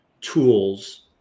tools